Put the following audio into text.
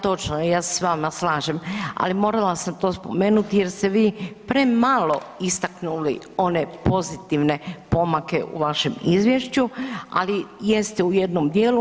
Točno je, ja se s vama slažem, ali morala sam to spomenuti jer ste vi premalo istaknuli one pozitivne pomake u vašem izvješću, ali jeste u jednom dijelu.